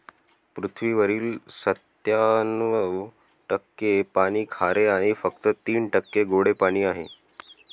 पृथ्वीवरील सत्त्याण्णव टक्के पाणी खारे आणि फक्त तीन टक्के गोडे पाणी आहे